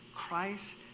Christ